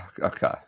Okay